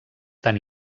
tan